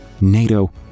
NATO